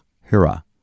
Hira